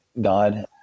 God